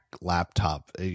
laptop